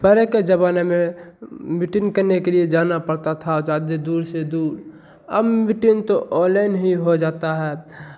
पहले के ज़माने में मीटिंग करने के लिए जाना पड़ता था ज़्यादे दूर से दूर अब मीटिंग तो ऑनलाइन ही हो जाता है